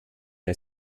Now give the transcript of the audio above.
der